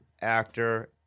actor